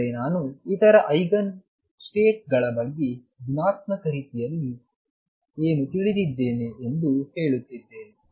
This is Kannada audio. ಅಂದರೆ ನಾನು ಇತರ ಐಗನ್ ಸ್ಟೇಟ್ಗಳ ಬಗ್ಗೆ ಗುಣಾತ್ಮಕ ರೀತಿಯಲ್ಲಿ ಏನು ತಿಳಿದಿದ್ದೇನೆ ಎಂದು ಹೇಳುತ್ತಿದ್ದೇನೆ